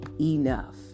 enough